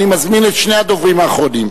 אני מזמין את שני הדוברים האחרונים.